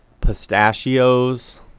pistachios